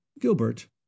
Gilbert